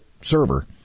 server